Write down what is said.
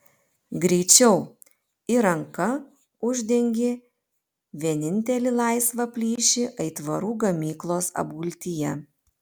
greičiau ir ranka uždengė vienintelį laisvą plyšį aitvarų gamyklos apgultyje